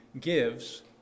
gives